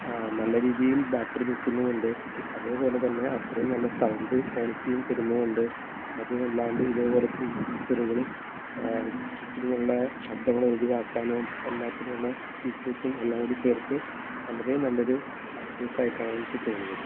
നല്ല രീതിയിൽ ബാറ്ററി നിൽക്കുന്നത് കൊണ്ട് അത് പോലെ തന്നെ അത്രയും നല്ല സൌണ്ട് ക്വാളിറ്റിയും തരുന്നത് കൊണ്ട് അതു വല്ലാണ്ട് ഇതേ പോലത്തെ ഈ ഫീച്ചറുകളും ചുറ്റിലുമുള്ള ശബ്ദങ്ങൾ ഒഴിവാക്കാനും എല്ലാത്തിനുമുള്ള ഫീച്ചേർസും എല്ലാം കൂടി ചേർത്ത് വളരെ നല്ല ഒരു പർച്ചേസ് ആയിട്ടാണ് എനിക്ക് തോന്നിയത്